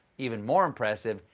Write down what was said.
even more impressive,